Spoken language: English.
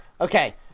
Okay